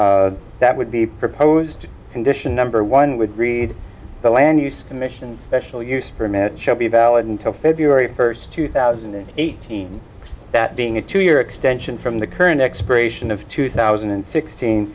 that would be proposed condition number one would read the land use commission special use permit shall be valid until february first two thousand and eighteen that being a two year extension from the current expiration of two thousand and sixteen